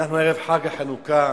אנחנו ערב חג החנוכה,